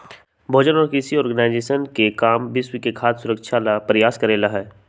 भोजन और कृषि ऑर्गेनाइजेशन के काम विश्व में खाद्य सुरक्षा ला प्रयास करे ला हई